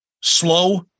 Slow